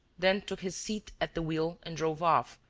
then took his seat at the wheel and drove off,